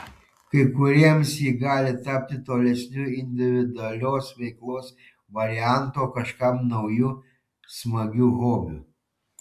kai kuriems ji gali tapti tolesniu individualios veiklos variantu o kažkam nauju smagiu hobiu